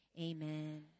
Amen